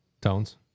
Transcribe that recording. tones